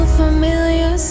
familiar